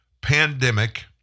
Pandemic